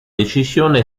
decisione